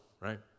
right